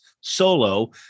solo